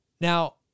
Now